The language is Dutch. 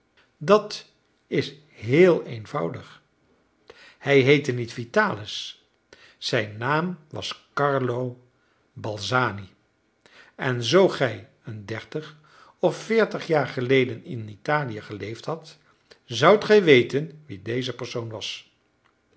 dat is heel eenvoudig hij heette niet vitalis zijn naam was carlo balzani en zoo gij een dertig of veertig jaar geleden in italië geleefd hadt zoudt gij weten wie deze persoon was